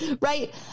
Right